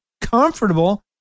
comfortable